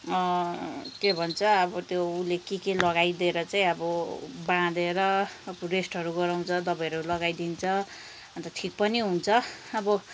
के भन्छ अब त्यो उले के के लगाइदिएर चाहिँ अब बाँधेर अब रेस्टहरू गराउँछ दबाईहरू लगाइदिन्छ अन्त ठिक पनि हुन्छ अब